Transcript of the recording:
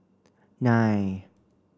nine